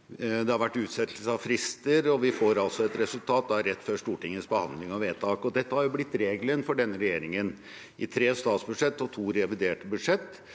Det har vært utsettelse av frister, og vi får altså et resultat rett før Stortingets behandling av vedtak. Dette har blitt regelen for denne regjeringen, i tre statsbudsjett og to reviderte budsjett,